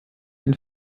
den